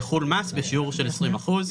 יחול מס בשיעור של 20 אחוזים.